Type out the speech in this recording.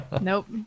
Nope